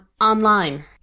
online